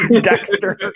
Dexter